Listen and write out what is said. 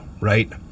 right